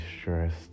stressed